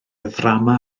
ddrama